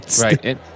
Right